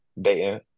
dating